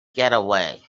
getaway